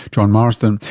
john marsden.